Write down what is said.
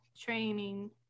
training